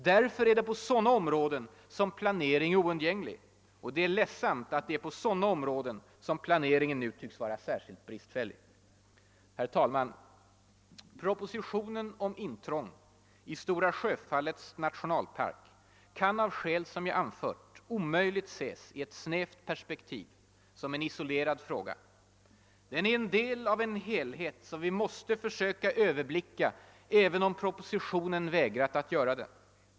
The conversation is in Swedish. Därför är det på sådana områden som planeringen är oundgänglig, och det är därför ledsamt att det är på sådana områden som planeringen nu tycks vara särskilt bristfällig. Herr talman! Propositionen om intrång i Stora Sjöfallets nationalpark kan omöjligt ses i ett snävt perspektiv som en isolerad fråga. Den är en del av en helhet som vi måste försöka överblicka, även om man vägrat att göra det i propositionen.